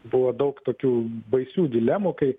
buvo daug tokių baisių dilemų kai